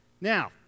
Now